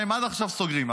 והם עד עכשיו סגורים.